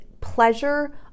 pleasure